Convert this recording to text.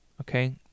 okay